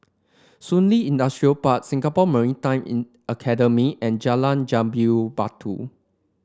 Shun Li Industrial Park Singapore Maritime in Academy and Jalan Jambu Batu